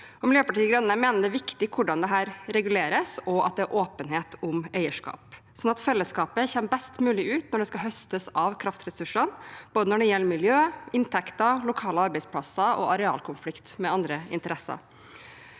Miljøpartiet De Grønne mener det er viktig hvordan dette reguleres, og at det er åpenhet om eierskap, sånn at fellesskapet kommer best mulig ut når det skal høstes av kraftressursene, når det gjelder både miljø, inntekter, lokale arbeidsplasser og arealkonflikt med andre interesser.